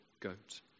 goat